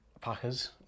packers